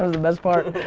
ah the best part.